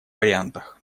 вариантах